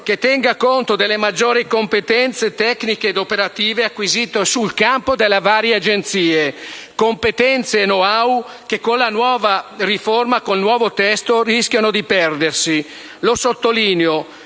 che tenga conto delle maggiori competenze tecniche e operative acquisite sul campo dalle varie Agenzie; competenze e *know-how* che, con il nuovo testo, rischiano di perdersi. Sottolineo